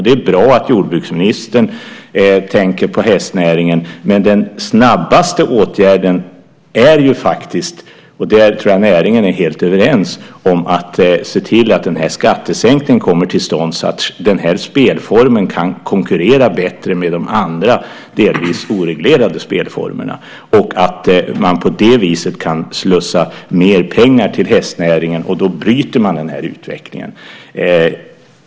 Det är bra att jordbruksministern tänker på hästnäringen, men den snabbaste åtgärden är faktiskt, och där tror jag näringen är helt överens, att se till att skattesänkningen kommer till stånd så att den här spelformen kan konkurrera bättre med de andra delvis oreglerade spelformerna och att man på det viset kan slussa mer pengar till hästnäringen. Då bryter man den negativa utvecklingen.